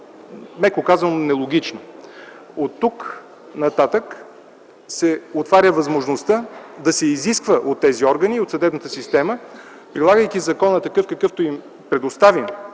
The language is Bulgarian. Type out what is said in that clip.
меко казано, нелогично. Оттук-нататък се отваря възможността да се изисква от тези органи и от съдебната система, прилагайки закона такъв, какъвто им предоставим